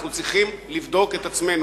אנחנו צריכים לבדוק את עצמנו.